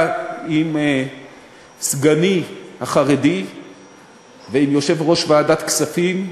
עם סגני החרדי ועם יושב-ראש ועדת הכספים,